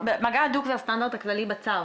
מגע הדוק זה הסטנדרט הכללי בצו.